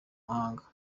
mahanga